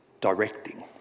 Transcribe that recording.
directing